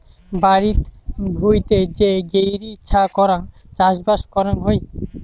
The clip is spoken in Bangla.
বাড়িত ভুঁইতে যে গৈরী ছা করাং চাষবাস করাং হই